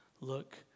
Look